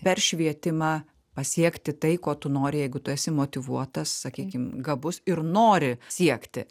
per švietimą pasiekti tai ko tu nori jeigu tu esi motyvuotas sakykim gabus ir nori siekti